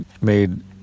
made